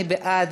מי בעד?